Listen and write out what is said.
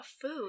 food